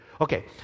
Okay